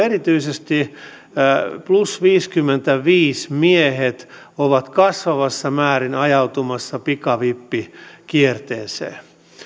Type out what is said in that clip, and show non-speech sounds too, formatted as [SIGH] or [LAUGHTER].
[UNINTELLIGIBLE] erityisesti plus viisikymmentäviisi miehet ovat kasvavassa määrin ajautumassa pikavippikierteeseen